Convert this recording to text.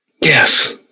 Yes